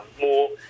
more